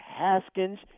Haskins